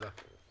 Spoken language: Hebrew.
תודה.